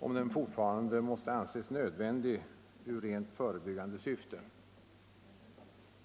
om den fortfarande måste anses nödvändig i rent förebyggande syfte.